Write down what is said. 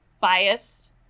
biased